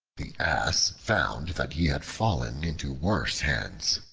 the ass found that he had fallen into worse hands,